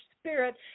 spirit